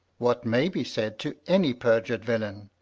what may be said to any perjured villain,